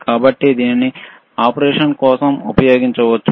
కాబట్టి దీనిని ఆపరేషన్ కోసం ఉపయోగించవచ్చు